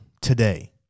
today